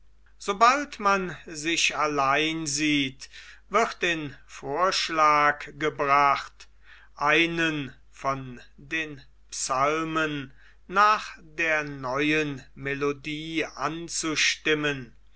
sobald man sich allein sieht wird in vorschlag gebracht einen von den psalmen nach der neuen melodie anzustimmen